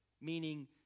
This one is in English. meaning